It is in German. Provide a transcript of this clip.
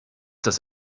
das